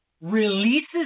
releases